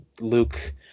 Luke